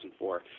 2004